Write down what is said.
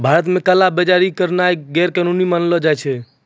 भारत मे काला बजारी करनाय गैरकानूनी मानलो जाय छै